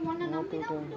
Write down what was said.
மாத்திட்டார்